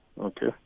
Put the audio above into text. Okay